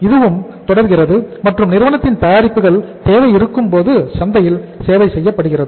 இதுவும் தொடர்கிறது மற்றும் நிறுவனத்தின் தயாரிப்புகள் தேவை இருக்கும் போது சந்தையில் சேவை செய்யப்படுகிறது